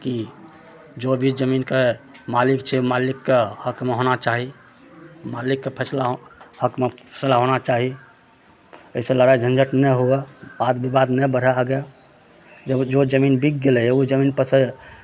की जो भी जमीनके मालिक छै उ मालिकके हकमे होना चाही मालिकके फैसला हकमे होना चाही जैसे लड़ाइ झञ्झट नहि हुए बाद विबाद नहि बढ़य आगे किआकि जो जमीन बिक गेलय ओइ जमीनपर से